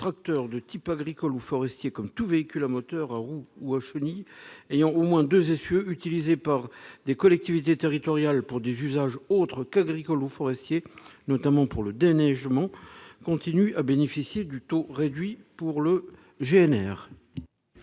de type agricole ou forestier, comme tout véhicule à moteur, à roues ou à chenilles ayant au moins deux essieux, utilisés par des collectivités territoriales pour des usages autres qu'agricoles ou forestiers, notamment le déneigement, continuent à bénéficier du taux réduit pour le GNR.